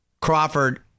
Crawford